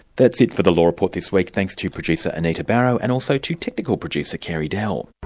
that's it for the law report this week. thanks to producer anita barraud and also to technical producer, carey dell.